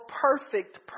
perfect